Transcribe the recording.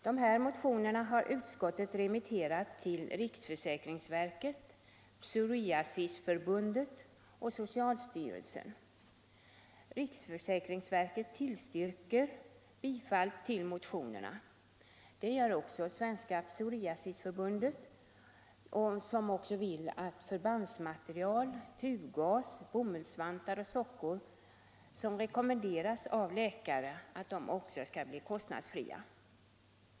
Dessa motioner har utskottet remitterat till Riksförsäkringsverket, Svenska psoriasisförbundet och socialstyrelsen. Riksförsäkringsverket tillstyrker bifall till motionerna. Detsamma gör Svenska psoriasisförbundet som också vill att förbandsmaterial, tubgas och bomullsvantar samt sockor som rekommenderas av läkare skall bli kostnadsfria.